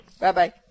Bye-bye